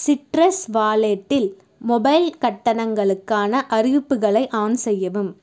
citrus வாலெட்டில் mobile கட்டணங்களுக்கான அறிவிப்புகளை ஆன் செய்யவும்